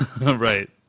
Right